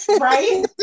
Right